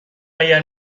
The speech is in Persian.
اگر